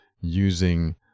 using